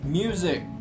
music